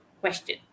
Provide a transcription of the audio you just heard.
question